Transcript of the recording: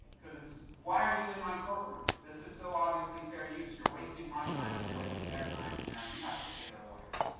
cause it's why are you in my courtroom, this is so obviously fair use and you're wasting my time and you're wasting their time and now you have to pay their lawyers.